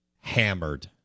hammered